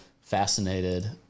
fascinated